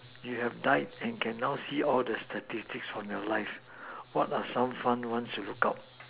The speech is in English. you have dead and now can see all the statistic in your life what are some of the fun one you look out